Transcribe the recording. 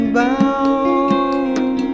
bound